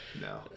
No